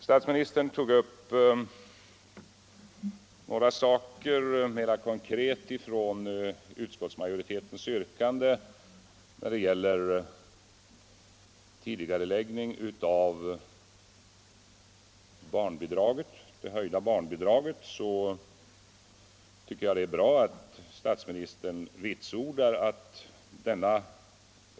Statsministern tog upp några saker mera konkret i utskottsmajoritetens yrkande, bl.a. tidigareläggningen av det höjda barnbidraget.